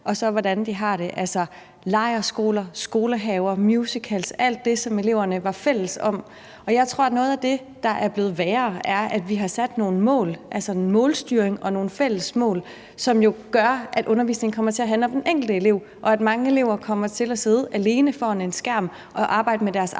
og hvordan de har det. Det handler om lejrskoler, skolehaver, musicals – altså alt det, som eleverne er fælles om. Jeg tror, at noget af det, der er blevet værre, handler om, at vi har lavet noget målstyring og sat nogle fælles mål, som jo gør, at undervisningen kommer til at handle om den enkelte elev, og at mange elever kommer til at sidde alene foran en skærm og arbejde med deres egne mål,